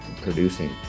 producing